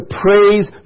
praise